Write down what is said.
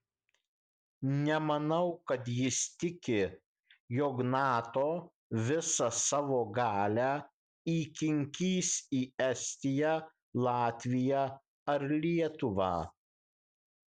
nemanau kad jis tiki jog nato visą savo galią įkinkys į estiją latviją ar lietuvą